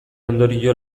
ondorio